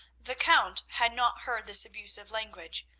the count had not heard this abusive language,